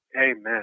Amen